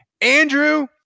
Andrew